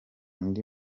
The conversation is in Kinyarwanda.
ndi